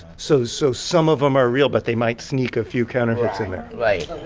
so so some of them are real, but they might sneak a few counterfeits in there right.